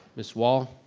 ms. wall?